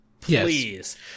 Please